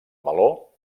meló